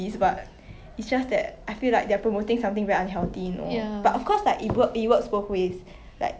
ya I think body shaming